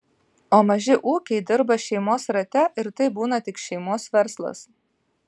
o maži ūkiai dirba šeimos rate ir tai būna tik šeimos verslas